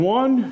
one